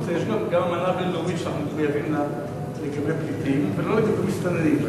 יש אמנה בין-לאומית שאנחנו מחויבים לה לגבי פליטים ולא לגבי מסתננים.